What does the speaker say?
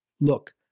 look